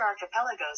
archipelagos